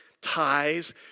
ties